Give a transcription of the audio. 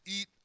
eat